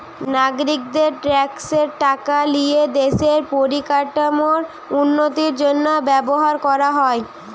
নাগরিকদের ট্যাক্সের টাকা লিয়ে দেশের পরিকাঠামোর উন্নতির জন্য ব্যবহার করা হয়